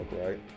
right